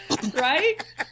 Right